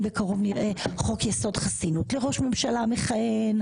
בקרוב נראה חוק יסוד חסינות לראש ממשלה מכהן.